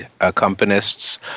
accompanists